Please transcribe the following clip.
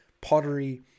pottery